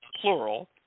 plural